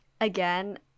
again